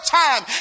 time